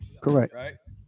correct